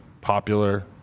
popular